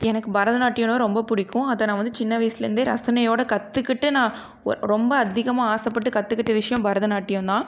எனக்கு பரதநாட்டியம்னால் ரொம்ப பிடிக்கும் அதை நான் வந்து சின்ன வயதிலருந்தே ரசனையோடு கற்றுக்கிட்டு நான் ரொம்ப அதிகமாக ஆசைப்பட்டு கற்றுக்கிட்ட விஷயம் பரதநாட்டியம் தான்